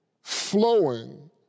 flowing